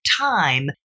time